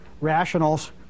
rationals